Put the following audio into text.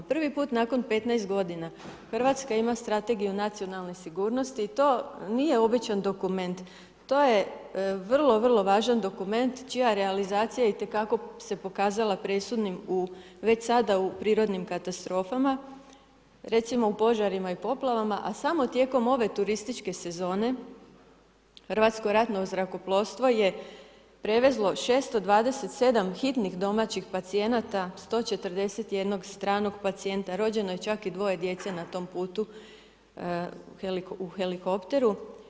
Prvi put nakon 15 g. Hrvatska ima strategiju nacionalne sigurnosti i to nije običan dokument, to je vrlo, vrlo važan dokument čija realizacija itekako se pokazala presudnim u već sada prirodnim katastrofama, recimo u požarima i poplavama, a samo tijekom ove turističke sezone Hrvatsko ratno zrakoplovstvo je prevezlo 627 hitnih domaćih pacijenata, 141 stranog pacijenta, rođeno je čak i 2 djece na tom putu u helikopteru.